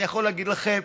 אני יכול להגיד לכם: